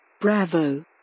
Bravo